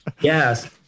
Yes